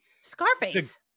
Scarface